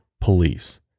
police